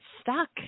stuck